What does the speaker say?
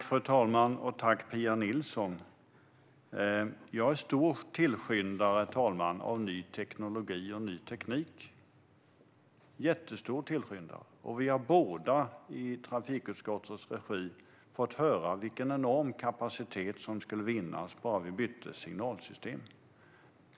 Fru talman! Jag är en stor tillskyndare av ny teknologi och ny teknik - en jättestor tillskyndare. Både Pia Nilsson och jag har i trafikutskottets regi fått höra vilken enorm kapacitet som skulle vinnas bara vi bytte signalsystem.